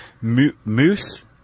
Moose